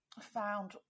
found